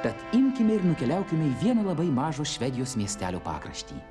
tad imkime ir nukeliaukime į vieną labai mažo švedijos miestelio pakraštį